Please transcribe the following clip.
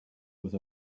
with